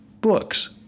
books